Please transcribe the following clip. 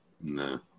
No